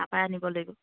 তাপাই আনিব লাগিব